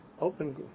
open